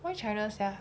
why china sia